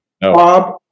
Bob